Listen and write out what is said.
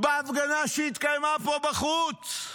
בהפגנה שהתקיימה פה בחוץ.